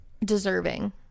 deserving